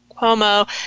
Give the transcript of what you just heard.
Cuomo